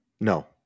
No